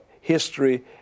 history